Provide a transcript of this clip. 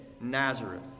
Nazareth